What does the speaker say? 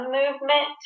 movement